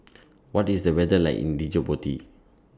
What IS The weather like in Djibouti